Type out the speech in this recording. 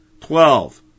twelve